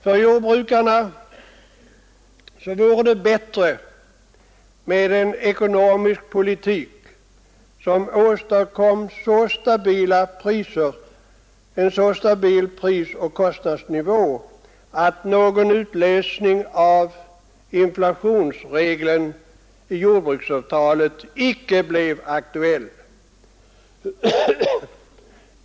För jordbrukarna vore det bättre med en ekonomisk politik som åstadkom en så stabil prisoch kostnadsnivå att någon utlösning av inflationsregeln i jordbruksavtalet icke blev aktuell.